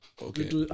Okay